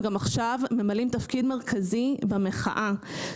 גם עכשיו ממלאים תפקיד מרכזי במחאה.